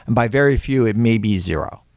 and by very few, it may be zero.